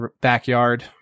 backyard